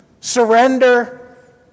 surrender